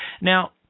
Now